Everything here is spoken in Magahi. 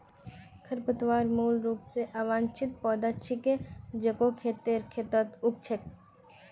खरपतवार मूल रूप स अवांछित पौधा छिके जेको खेतेर खेतत उग छेक